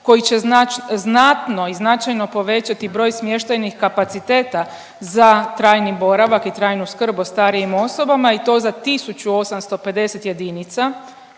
koji će znatno i značajno povećati broj smještajnih kapaciteta za trajni boravak i trajnu skrb o starijim osobama i to za 1850 jedinica,